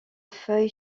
feuilles